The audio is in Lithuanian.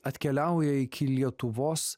atkeliauja iki lietuvos